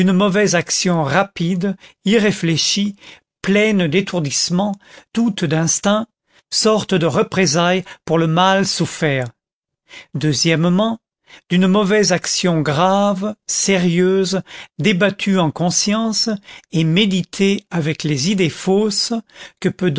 mauvaise action rapide irréfléchie pleine d'étourdissement toute d'instinct sorte de représaille pour le mal souffert deuxièmement d'une mauvaise action grave sérieuse débattue en conscience et méditée avec les idées fausses que peut